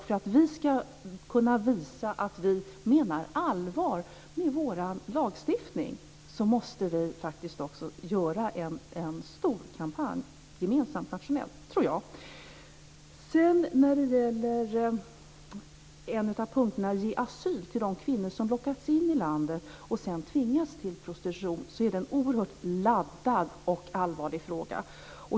För att vi ska kunna visa att vi menar allvar med vår lagstiftning måste vi faktiskt också göra en stor gemensam nationell kampanj, tror jag. En av punkterna handlar om att ge asyl till de kvinnor som lockats in i landet och sedan tvingats till prostitution. Det är en oerhört laddad och allvarlig fråga.